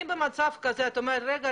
אם במצב כזה את אומרת: רגע,